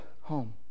home